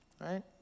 right